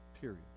Period